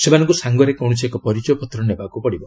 ସେମାନଙ୍କୁ ସାଙ୍ଗରେ କୌଣସି ଏକ ପରିଚୟପତ୍ର ନେବାକୁ ପଡ଼ିବ